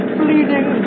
bleeding